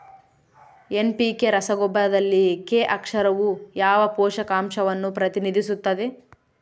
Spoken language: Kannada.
ಎನ್.ಪಿ.ಕೆ ರಸಗೊಬ್ಬರದಲ್ಲಿ ಕೆ ಅಕ್ಷರವು ಯಾವ ಪೋಷಕಾಂಶವನ್ನು ಪ್ರತಿನಿಧಿಸುತ್ತದೆ?